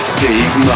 Steve